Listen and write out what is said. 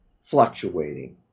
fluctuating